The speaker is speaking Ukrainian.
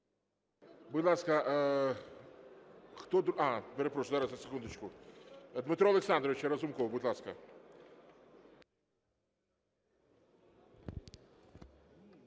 Будь ласка, хто... А, перепрошую, зараз, секундочку. Дмитро Олександрович Разумков, будь ласка.